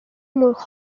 মোৰ